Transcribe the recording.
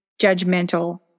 judgmental